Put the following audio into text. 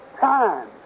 time